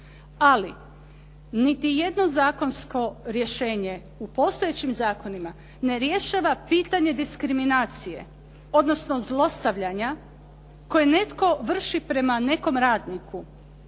Ali, niti jedno zakonsko rješenje u postojećim zakonima ne rješava pitanje diskriminacije odnosno zlostavljanja koje netko vrši prema nekom radniku